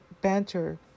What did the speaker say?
banter